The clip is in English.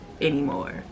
anymore